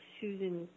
Susan